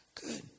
Good